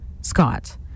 Scott